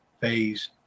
phase